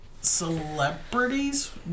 celebrities